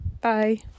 bye